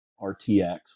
RTX